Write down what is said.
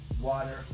water